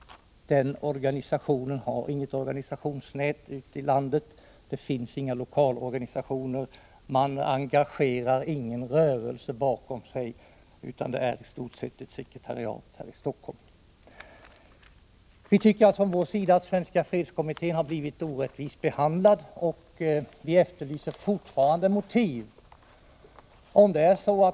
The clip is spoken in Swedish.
Den organisationen har inte något organisationsnät ute i landet. Det finns inga lokalorganisationer, och den engagerar ingen rörelse. Det är i stort sett bara ett sekretariat här i Stockholm. Vi menar att Svenska fredskommittén har blivit orättvist behandlad, och vi efterlyser fortfarande motiv till att organisationsstöd inte beviljas.